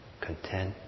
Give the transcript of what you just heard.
content